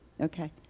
Okay